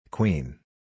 Queen